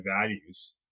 values